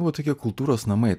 buvo tokie kultūros namai